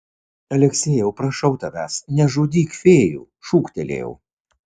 aleksejau prašau tavęs nežudyk fėjų šūktelėjau